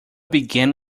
begun